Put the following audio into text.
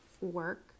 work